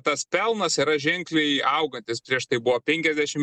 tas pelnas yra ženkliai augantis prieš tai buvo penkiasdešim